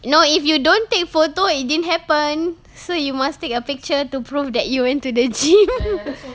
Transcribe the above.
no if you don't take photo it didn't happen so you must take a picture to prove that you went to the gym